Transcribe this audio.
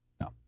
No